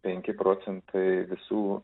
penki procentai visų